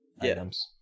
items